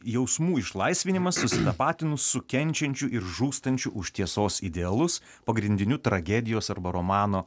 jausmų išlaisvinimas susitapatinus su kenčiančiu ir žūstančiu už tiesos idealus pagrindiniu tragedijos arba romano